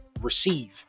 receive